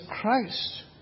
Christ